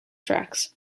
tracks